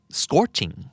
scorching